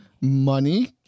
money